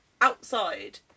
outside